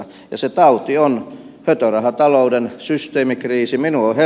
ja se tauti on hötörahatalouden systeemikriisi